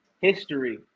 history